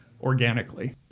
organically